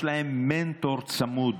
יש להן מנטור צמוד,